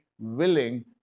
willing